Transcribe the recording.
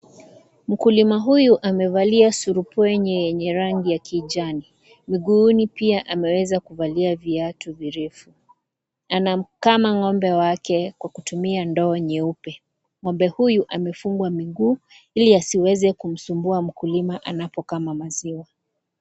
Mkulima huyu amevalia surupwenye yenye rangi ya kijani, miguuni pia ameweza kuvalia viatu virefu. Anamkama ngo'ombe wake kwa kutumia ndoo nyeupe. Ng'ombe huyu amefungwa miguu ili asiweze kumsumbua mkulima anapokama maziwa